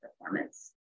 performance